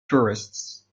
tourists